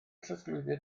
trosglwyddiad